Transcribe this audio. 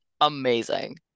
Amazing